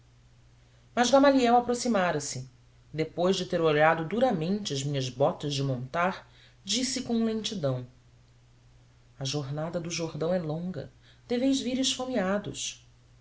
mas gamaliel aproximara-se e depois de ter olhado duramente as minhas botas de montar disse com lentidão a jornada do jordão é longa deveis vir esfomeados